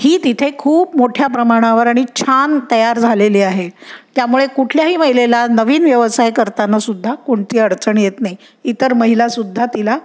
ही तिथे खूप मोठ्या प्रमाणावर आणि छान तयार झालेली आहे त्यामुळे कुठल्याही महिलेला नवीन व्यवसाय करताना सुद्धा कोणती अडचण येत नाही इतर महिला सुद्धा तिला